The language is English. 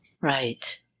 Right